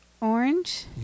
Orange